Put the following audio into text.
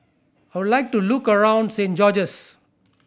I would like to look around Saint George's